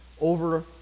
over